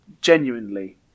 genuinely